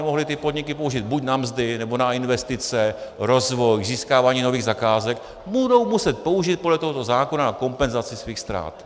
mohly ty podniky použít buď na mzdy, nebo na investice, rozvoj, k získávání nových zakázek, budou muset použít podle tohoto zákona na kompenzaci svých ztrát.